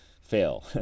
fail